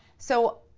so,